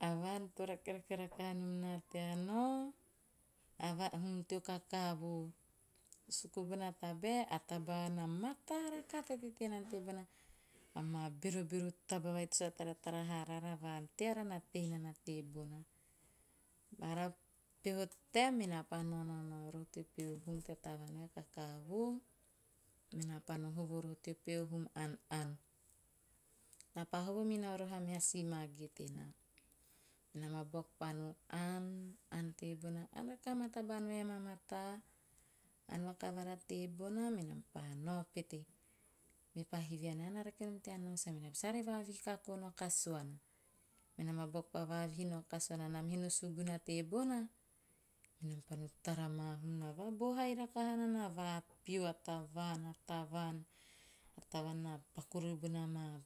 A van to rakerake rakaha nom naa tea nao a vaan teo kakavo, suku bona tabae, a taba ann a mataa rakaha to teitei nana tebona. A maa berobero taba vai to sa taratara haa raara vaan teara na tei nana tebona. Bara peho taem mena pa nao nao, nao roho tea pehu hum tea tavaan vai o kakavo, menaa pa hovo minao roho a meha si mage tenaa. Menam a buaku pa no ann, ann tebona, ann rakaha amaa taba ann vai a maa mataa. Ann vakavara tebona, menam pa nao pete. Me paa hivi anaa, "ean na rake nom tea nao sau?" Mena pa sue, "are vavihi kako nao kasuana." Menam a buaku pa vavihi nao kasuana. Nam he no suguna tebona, menam pa no tara maa hum na vabohai rakaha nana, a vapio a tavaan - a tavaan na paku rori bona maa